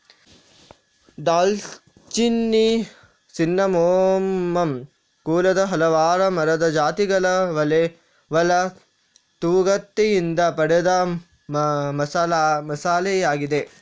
ದಾಲ್ಚಿನ್ನಿ ಸಿನ್ನಮೋಮಮ್ ಕುಲದ ಹಲವಾರು ಮರದ ಜಾತಿಗಳ ಒಳ ತೊಗಟೆಯಿಂದ ಪಡೆದ ಮಸಾಲೆಯಾಗಿದೆ